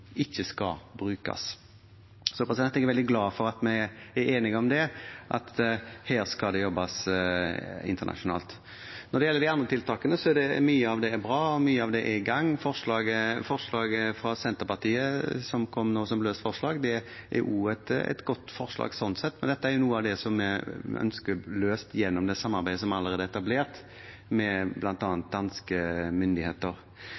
ikke skal brukes. Jeg er veldig glad for at vi er enige om det, at her skal det jobbes internasjonalt. Når det gjelder de andre tiltakene, er mye av det bra, og mye er i gang. Forslaget fra Senterpartiet, som kom nå som et løst forslag, er et godt forslag sånn sett, men dette er noe av det vi ønsker løst gjennom det samarbeidet som allerede er etablert, bl.a. med danske myndigheter.